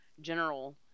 general